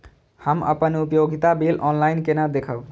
हम अपन उपयोगिता बिल ऑनलाइन केना देखब?